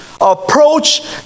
approach